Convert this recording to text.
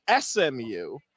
SMU